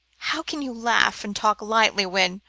how can you laugh and talk lightly, when